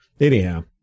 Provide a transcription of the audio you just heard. Anyhow